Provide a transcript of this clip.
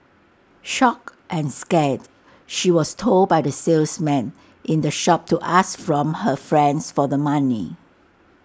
shocked and scared she was told by the salesman in the shop to ask from her friends for the money